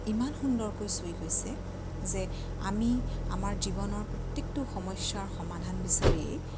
ইমান সুন্দৰকৈ চুই গৈছে যে আমি আমাৰ জীৱনৰ প্ৰত্যেকটো সমস্যাৰ সমাধান বিচাৰিয়েই